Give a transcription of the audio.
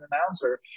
announcer